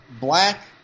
black